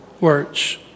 words